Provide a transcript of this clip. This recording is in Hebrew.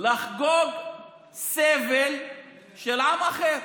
לחגוג סבל של עם אחר,